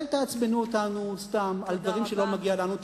אל תעצבנו אותנו סתם על מה שלא מגיע לנו,